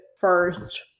first